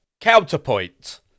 counterpoint